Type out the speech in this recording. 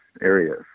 areas